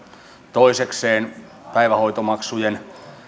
toisekseen päivähoitomaksujen